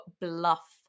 Bluff